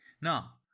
now